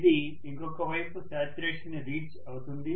ఇది ఇంకొక వైపు శాచ్యురేషన్ ని రీచ్ అవుతుంది